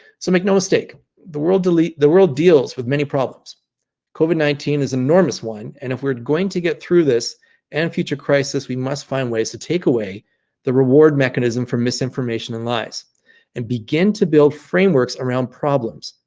so make no mistake the world delete the world deals with many problems covid nineteen is enormous one and if we're going to get through this and future crisis we must find ways to take away the reward mechanism from misinformation and lies and begin to build frameworks around problems,